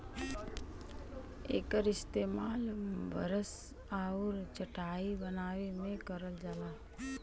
एकर इस्तेमाल बरस आउर चटाई बनाए में करल जाला